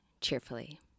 cheerfully